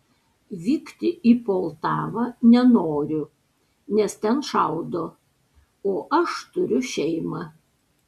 vykti į poltavą nenoriu nes ten šaudo o aš turiu šeimą